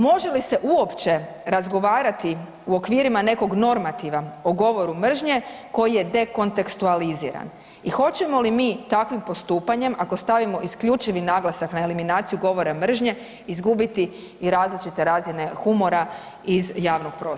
Može li se uopće razgovarati u okvirima nekog normativa o govoru mržnje koji je dekontekstualiziran i hoćemo li mi takvim postupanjem ako stavimo isključivi naglasak na eliminaciju govora mržnje izgubiti i različite razine humora iz javnog prostora?